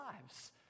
lives